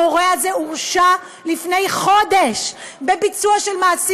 המורה הזה הורשע לפני חודש בביצוע מעשים